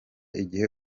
igihe